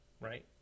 right